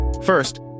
First